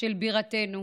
של בירתנו.